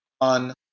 on